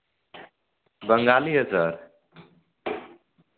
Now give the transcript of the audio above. बंगाली है सर